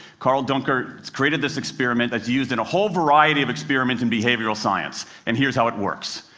karl duncker created this experiment that is used in a whole variety of experiments in behavioral science, and here's how it works.